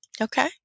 Okay